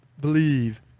believe